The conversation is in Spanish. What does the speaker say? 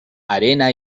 arena